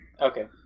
Okay